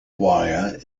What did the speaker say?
wire